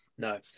No